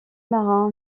marin